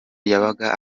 yabaga